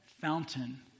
fountain